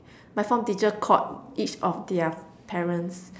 my form teacher called each of their parents